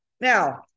now